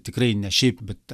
tikrai ne šiaip bet